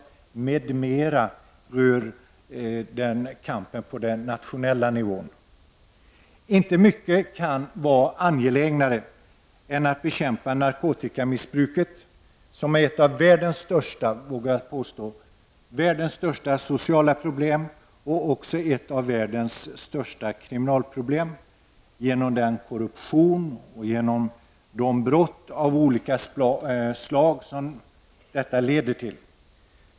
”m.m.” rör kampen på den nationella nivån. Inte mycket kan vara angelägnare än att bekämpa narkotikamissbruket, som — det vågar jag påstå — är ett av världens största sociala problem och även ett av världens största kriminalproblem genom den korruption och genom de brott av olika slag som det leder till.